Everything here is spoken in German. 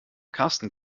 karsten